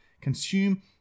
Consume